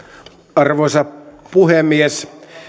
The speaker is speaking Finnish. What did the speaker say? arvoisa puhemies